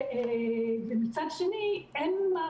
הוא גדול מאוד,